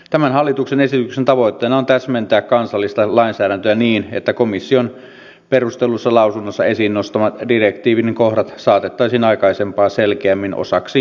tämän hallituksen esityksen tavoitteena on täsmentää kansallista lainsäädäntöä niin että komission perustellussa lausunnossa esiin nostamat direktiivin kohdat saatettaisiin aikaisempaa selkeämmin osaksi kansallista lainsäädäntöä